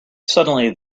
suddenly